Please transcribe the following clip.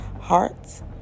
hearts